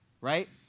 right